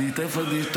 אני תכף אגיד.